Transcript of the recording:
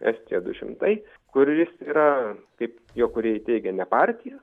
estija du šimtai kuris yra kaip jo kūrėjai teigia ne partija